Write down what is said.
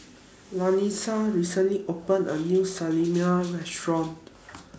recently opened A New Salami Restaurant